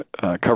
cover